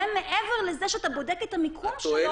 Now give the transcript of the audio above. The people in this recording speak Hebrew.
זה מעבר לזה שאתה בודק את המיקום שלו